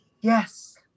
Yes